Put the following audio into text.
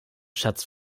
schatz